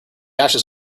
ashes